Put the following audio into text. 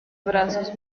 brazos